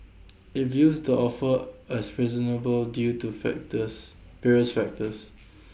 IT views the offer as reasonable due to factors various factors